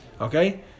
Okay